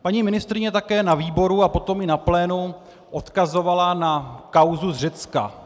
Paní ministryně také na výboru a potom i na plénu odkazovala na kauzu z Řecka.